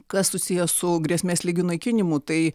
kas susiję su grėsmės lygių naikinimu tai